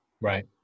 Right